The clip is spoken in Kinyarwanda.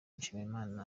mushimiyimana